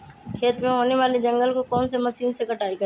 खेत में होने वाले जंगल को कौन से मशीन से कटाई करें?